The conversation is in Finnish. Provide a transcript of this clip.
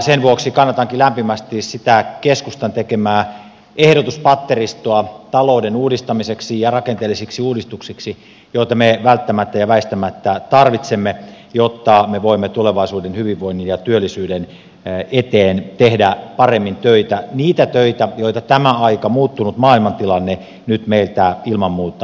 sen vuoksi kannatankin lämpimästi sitä keskustan tekemää ehdotuspatteristoa talouden uudistamiseksi ja rakenteellisiksi uudistuksiksi joita me välttämättä ja väistämättä tarvitsemme jotta me voimme tulevaisuuden hyvinvoinnin ja työllisyyden eteen tehdä paremmin töitä niitä töitä joita tämä aika muuttunut maailmantilanne nyt meiltä ilman muuta tarvitsee